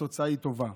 התוצאה היא טובה.